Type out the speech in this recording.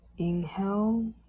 Inhale